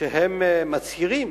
שהם מצהירים